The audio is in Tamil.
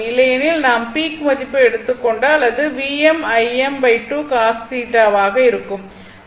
இல்லையெனில் நாம் பீக் மதிப்பை எடுத்துக் கொண்டால் அதுஆக இருக்கும்